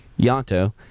Yanto